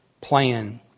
plan